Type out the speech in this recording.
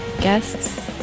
guests